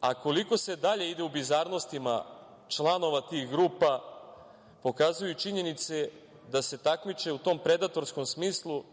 a koliko se dalje ide u bizarnostima članova tih grupa pokazuju i činjenice da se takmiče u tom predatorskom smislu,